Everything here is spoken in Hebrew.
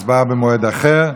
הצבעה במועד אחר.